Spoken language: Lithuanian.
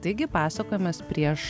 taigi pasakojimas prieš